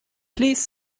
please